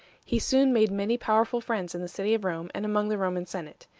he soon made many powerful friends in the city of rome and among the roman senate.